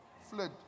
Fled